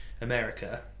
America